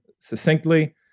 succinctly